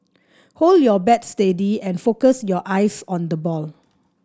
hold your bat steady and focus your eyes on the ball